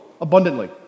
abundantly